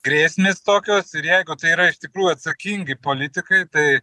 grėsmės tokios ir jeigu tai yra iš tikrųjų atsakingi politikai tai